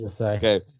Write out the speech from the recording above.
okay